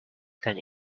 ten